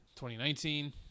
2019